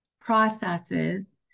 processes